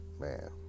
man